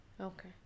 okay